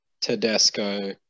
Tedesco